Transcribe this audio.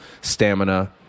stamina